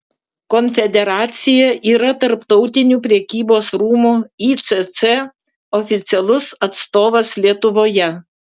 konfederacija yra tarptautinių prekybos rūmų icc oficialus atstovas lietuvoje